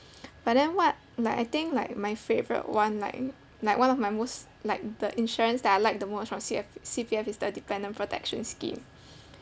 but then what like I think like my favourite one like like one of my most like the insurance that I like the most from C_F~ C_P_F is the dependent protection scheme